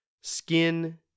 skin